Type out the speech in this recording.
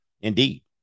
Indeed